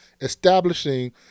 establishing